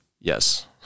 Yes